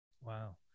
Wow